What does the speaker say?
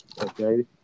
Okay